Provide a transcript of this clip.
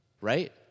Right